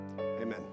Amen